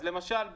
אז למשל,